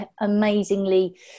amazingly